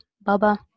Baba